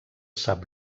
sap